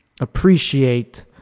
appreciate